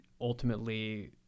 ultimately